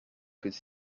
could